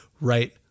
right